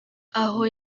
aho